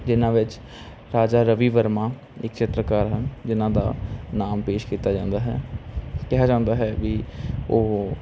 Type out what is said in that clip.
ਜਿਨ੍ਹਾਂ ਵਿੱਚ ਰਾਜਾ ਰਵੀ ਵਰਮਾ ਇੱਕ ਚਿੱਤਰਕਾਰ ਹਨ ਜਿਨ੍ਹਾਂ ਦਾ ਨਾਮ ਪੇਸ਼ ਕੀਤਾ ਜਾਂਦਾ ਹੈ ਕਿਹਾ ਜਾਂਦਾ ਹੈ ਵੀ ਉਹ